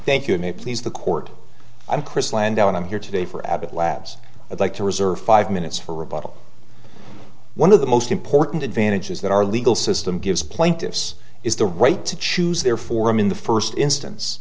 thank you may please the court i'm chris landau and i'm here today for abbott labs i'd like to reserve five minutes for rebuttal one of the most important advantages that our legal system gives plaintiffs is the right to choose their form in the first instance